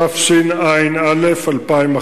התשע"א 2011,